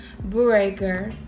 Breaker